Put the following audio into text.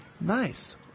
Nice